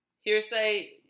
hearsay